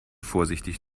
vorsichtig